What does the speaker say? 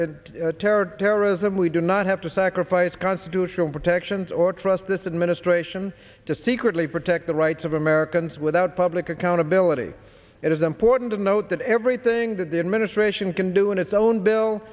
terror terrorism we do not have to sacrifice constitutional protections or trust this administration to secretly protect the rights of americans without public accountability it is important to note that everything that the administration can do in its own bill